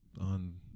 on